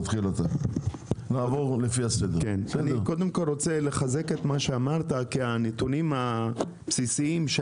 אני רוצה לחזק את דבריך כי הנתונים הבסיסיים של